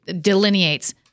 delineates